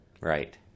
Right